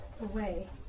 away